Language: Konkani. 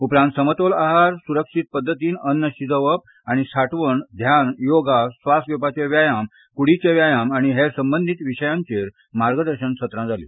उपरांत समतोल आहार स्रक्षीत पद्दतीन अन्न शिजोवप आनी साठवण ध्यान योगा स्वास घेवपाचे व्यायाम क्डीचे व्यायाम आनी हेर संबंदीत विशयांचेर मार्गदर्शन सत्रां जाली